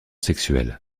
sexuel